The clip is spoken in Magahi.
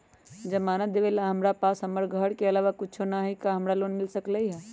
जमानत देवेला हमरा पास हमर घर के अलावा कुछो न ही का हमरा लोन मिल सकई ह?